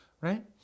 right